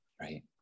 right